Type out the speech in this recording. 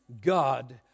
God